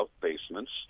basements